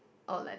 oh like that